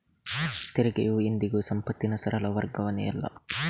ತೆರಿಗೆಯು ಎಂದಿಗೂ ಸಂಪತ್ತಿನ ಸರಳ ವರ್ಗಾವಣೆಯಲ್ಲ